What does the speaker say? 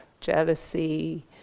jealousy